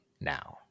now